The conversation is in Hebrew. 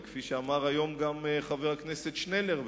וכפי שאמר היום גם חבר הכנסת שנלר,